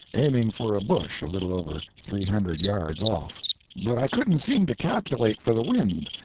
aiming for a bush a little over three hundred yards off but i couldn't seem to calculate for the wind,